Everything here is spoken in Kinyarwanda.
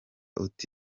uti